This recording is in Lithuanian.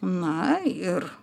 na ir